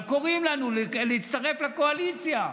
אבל קוראים לנו להצטרף לקואליציה,